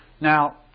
Now